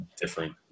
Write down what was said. different